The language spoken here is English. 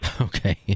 Okay